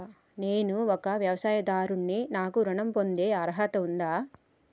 నేను ఒక వ్యవసాయదారుడిని నాకు ఋణం పొందే అర్హత ఉందా?